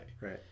Right